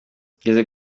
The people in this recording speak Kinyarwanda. ngeze